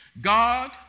God